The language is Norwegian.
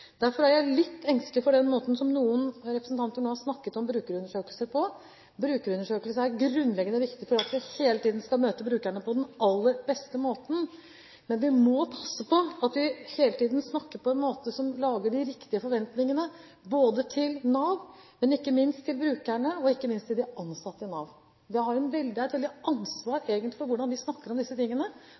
Derfor er jeg litt engstelig for den måten som noen representanter nå har snakket om brukerundersøkelser på. Brukerundersøkelser er grunnleggende viktig for at vi hele tiden skal møte brukerne på den aller beste måten, men vi må passe på at vi hele tiden snakker på en måte som lager de riktige forventningene til Nav, men ikke minst til brukerne, og ikke minst til de ansatte i Nav. Vi har egentlig et veldig ansvar for hvordan vi snakker om disse tingene,